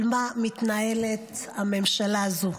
על מה מתנהלת הממשלה הזו.